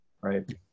right